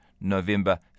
November